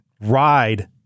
ride